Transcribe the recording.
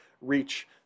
reach